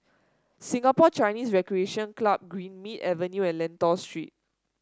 Singapore Chinese Recreation Club Greenmead Avenue and Lentor Street